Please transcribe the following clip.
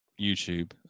youtube